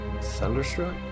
Thunderstruck